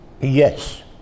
yes